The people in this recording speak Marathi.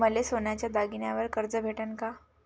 मले सोन्याच्या दागिन्यावर कर्ज भेटन का?